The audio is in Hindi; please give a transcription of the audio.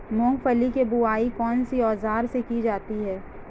मूंगफली की बुआई कौनसे औज़ार से की जाती है?